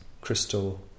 crystal